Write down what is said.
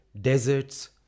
deserts